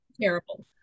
terrible